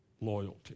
loyalty